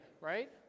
right